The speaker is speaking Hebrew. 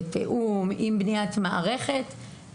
בתיאום עם בניית מערכת,